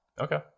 okay